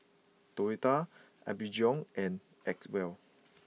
Toyota Apgujeong and Acwell